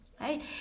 right